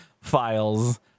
files